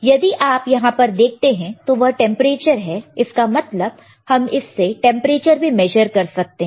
यदि आप यहां पर देखते हैं तो यह टेंपरेचर है इसका मतलब हम इससे टेंपरेचर भी मेजर कर सकते हैं